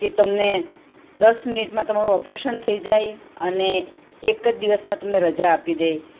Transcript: કે તમને દસ મિનિટમાં તમારું ઓપરેશન થઈ જાય અને એક જ દિવસમાં તમને રજા આપી દે